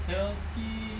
healthy